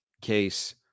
case